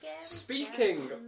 Speaking